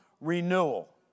renewal